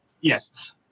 Yes